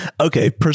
Okay